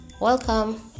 Welcome